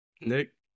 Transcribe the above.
Nick